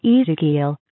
Ezekiel